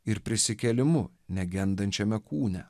ir prisikėlimu negendančiame kūne